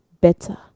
better